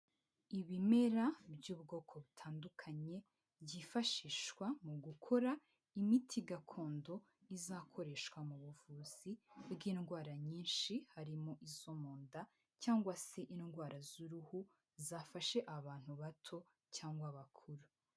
Ibimera by'ubwoko butandukanye byifashishwa mu gukora imiti gakondo izakoreshwa mu buvuzi bw'indwara nyinshi, harimo izo munda cyangwa se indwara z'uruhu zafashe abantu bato cyangwa abakuru.